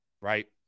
Right